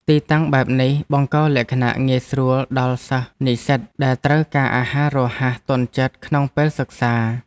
ទីតាំងបែបនេះបង្កលក្ខណៈងាយស្រួលដល់សិស្សនិស្សិតដែលត្រូវការអាហាររហ័សទាន់ចិត្តក្នុងពេលសិក្សា។